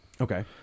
Okay